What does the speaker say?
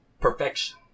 perfection